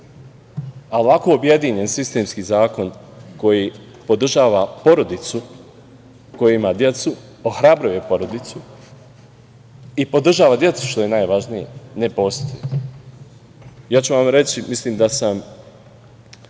a ovako objedinjen sistemski zakon koji podržava porodicu koja ima decu, ohrabruje porodicu i podržava decu, što je najvažnije, ne postoji. Ja ću vam reći, mislim da sam